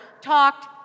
talked